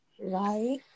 right